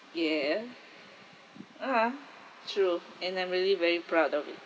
ya (uh huh) true and I'm really very proud of it